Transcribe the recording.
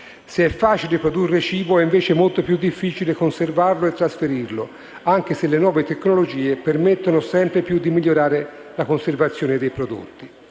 Se è facile produrre cibo, è invece molto più difficile conservarlo e trasferirlo, anche se le nuove tecnologie permettono sempre più di migliorare la conservazione dei prodotti.